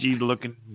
looking